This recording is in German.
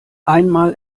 einmal